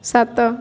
ସାତ